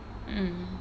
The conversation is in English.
mm